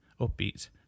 upbeat